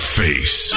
face